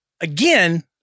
again